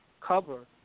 cover